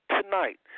tonight